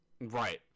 Right